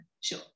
sure